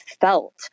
felt